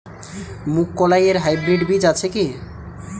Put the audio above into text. মুগকলাই এর হাইব্রিড বীজ আছে কি?